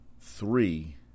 three